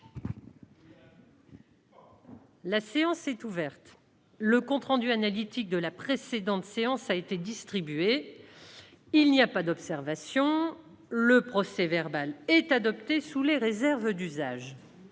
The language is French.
La séance est ouverte. Le compte rendu analytique de la précédente séance a été distribué. Il n'y a pas d'observation ?... Le procès-verbal est adopté sous les réserves d'usage.